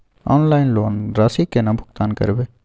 Online loan के राशि केना भुगतान करबे?